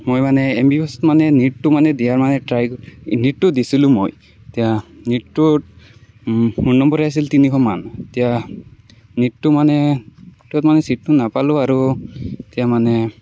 মই মানে M B B S মানে নিটটো মানে দিয়া নাই ট্ৰাই নিটটো দিছিলোঁ মই এতিয়া নিটটোত মোৰ নম্বৰে আহিছিল তিনিশমান এতিয়া নিটটো মানে ছিটটো নাপালোঁ আৰু এতিয়া মানে